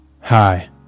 Hi